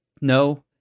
no